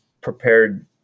prepared